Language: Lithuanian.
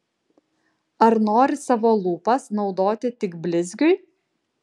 ar nori savo lūpas naudoti tik blizgiui